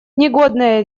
негодная